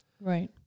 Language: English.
right